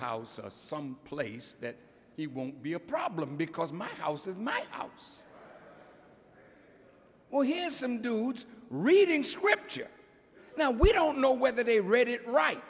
house or some place that he won't be a problem because my house is my house well here's some dude reading scripture now we don't know whether they read it right